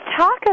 Talk